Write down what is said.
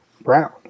brown